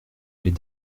les